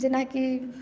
जेनाकी